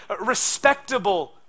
respectable